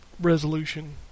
resolution